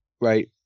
right